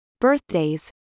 birthdays